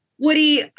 Woody